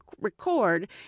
record